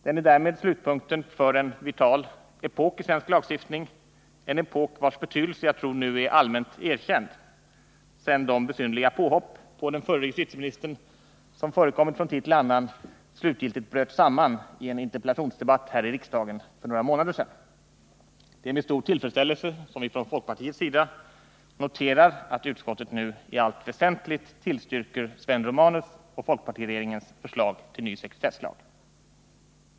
Den är därmed slutpunkten för en vital epok i svensk lagstiftning, en epok vars betydelse jag tror är allmänt erkänd nu — sedan de besynnerliga påhopp på den förre justitieministern som förekommit från tid till annan slutgiltigt bröt samman i en interpellationsdebatt här i riksdagen för några månader sedan. Det är med stor tillfredsställelse som vi från folkpartiets sida noterar att utskottet nu i allt väsentligt tillstyrker Sven Romanus och folkpartiregeringens förslag till ny sekretesslag.